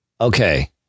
Okay